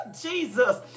Jesus